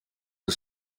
the